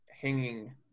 hanging